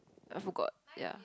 I forgot ya